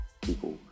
people